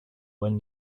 when